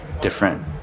different